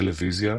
טלוויזיה,